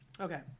Okay